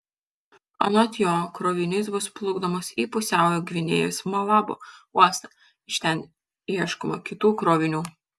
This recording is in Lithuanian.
anot jo krovinys bus plukdomas į pusiaujo gvinėjos malabo uostą iš ten ieškoma kitų krovinių